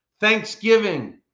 Thanksgiving